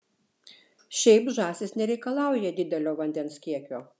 šiaip žąsys nereikalauja didelio vandens kiekio